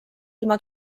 ilma